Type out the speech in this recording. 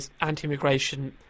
anti-immigration